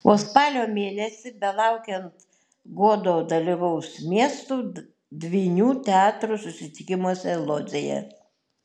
o spalio mėnesį belaukiant godo dalyvaus miestų dvynių teatrų susitikimuose lodzėje